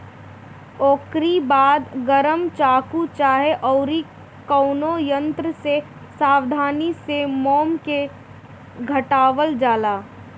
ओकरी बाद गरम चाकू चाहे अउरी कवनो यंत्र से सावधानी से मोम के हटावल जाला